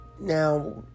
Now